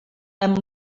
amb